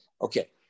Okay